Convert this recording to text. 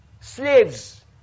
slaves